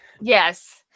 Yes